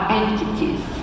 entities